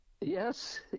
Yes